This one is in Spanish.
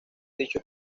dicho